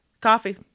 coffee